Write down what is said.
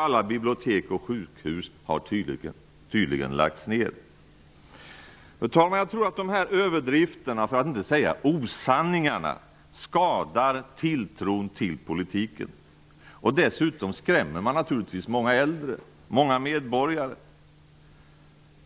Alla bibliotek och sjukhus har tydligen lagts ner. Fru talman! Jag tror att dessa överdrifter -- för att inte säga osanningar -- skadar tilltron till politiken. Dessutom skrämmer man naturligtvis många äldre, många medborgare.